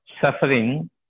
suffering